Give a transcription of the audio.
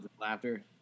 laughter